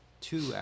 two